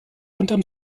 unterm